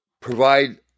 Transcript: provide